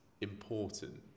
important